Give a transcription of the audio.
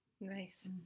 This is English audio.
Nice